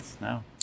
now